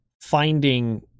finding